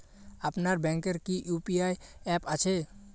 আপনার ব্যাংকের কি কি ইউ.পি.আই অ্যাপ আছে?